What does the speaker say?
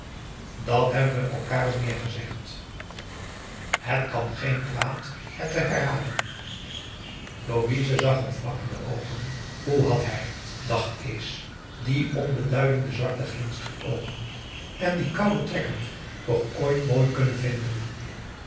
dat hebben we elkaar al meer gezegd het kan geen kwaad het te herhalen louise zag hem vlak in de oogen hoe had hij dacht kees die onbeduidende zwarte glinster oogen en die koude trekken toch ooit mooi kunnen vinden